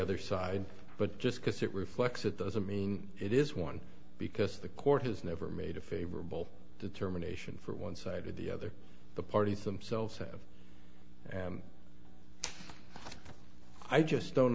other side but just because it reflects it doesn't mean it is one because the court has never made a favorable determination for one side or the other the parties themselves have and i just don't